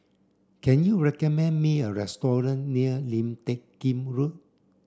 can you recommend me a restaurant near Lim Teck Kim Road